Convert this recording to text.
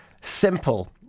simple